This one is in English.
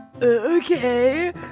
okay